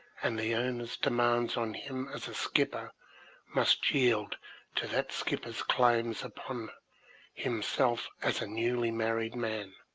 and the owner's demands on him as a skipper must yield to that skipper's claims upon him self as a newly married man.